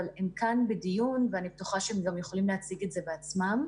אבל הם כאן בדיון ואני בטוחה שהם גם יוכלו להציג את זה בעצמם.